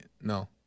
no